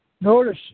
Notice